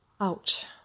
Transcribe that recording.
Ouch